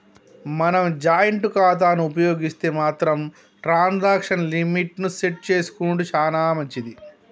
మనం జాయింట్ ఖాతాను ఉపయోగిస్తే మాత్రం ట్రాన్సాక్షన్ లిమిట్ ని సెట్ చేసుకునెడు చాలా మంచిది